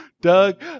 Doug